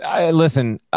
Listen